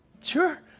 Sure